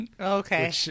okay